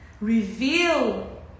reveal